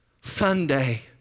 Sunday